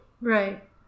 Right